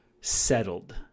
settled